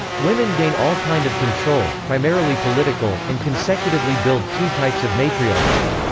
women gain all kind of control, primarily political, and consecutively build two types of matriarchy.